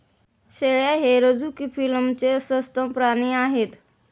शेळ्या हे रझुकी फिलमचे सस्तन प्राणी आहेत